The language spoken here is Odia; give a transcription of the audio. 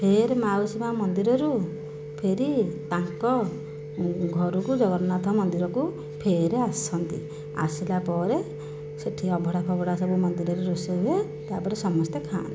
ଫେର୍ ମାଉସୀ ମା' ମନ୍ଦିରରୁ ଫେରି ତାଙ୍କ ଘରକୁ ଜଗନ୍ନାଥ ମନ୍ଦିରକୁ ଫେରେ ଆସନ୍ତି ଆସିଲା ପରେ ସେଇଠି ଅଭଡ଼ା ଫଭଡ଼ା ସବୁ ମନ୍ଦିରରେ ରୋଷେଇ ହୁଏ ତାପରେ ସମସ୍ତେ ଖାଆନ୍ତି